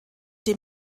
dem